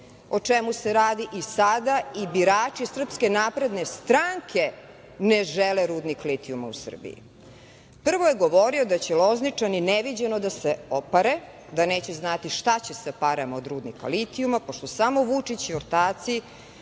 o čemu se radi i sada i birači Srpske napredne stranke ne žele rudnik litijuma u Srbiji. Prvo je govorio da će Lozničani neviđeno da se opare, da neće znati šta će sa parama od rudnika litijuma, pošto samo Vučić i ortaci